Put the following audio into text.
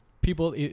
people